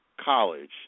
college